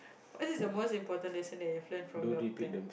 what is the most important lesson that you have learn from your parents